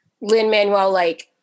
Lin-Manuel-like